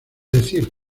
decir